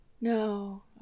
No